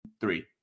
three